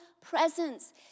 presence